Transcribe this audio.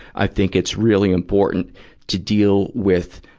i think it's really important to deal with,